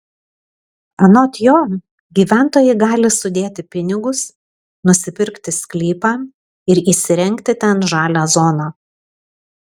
anot jo gyventojai gali sudėti pinigus nusipirkti sklypą ir įsirengti ten žalią zoną